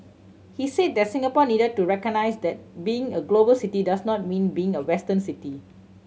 he said that Singapore needed to recognise that being a global city does not mean being a Western city